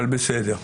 אבל בסדר,